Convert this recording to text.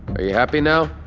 are you happy now?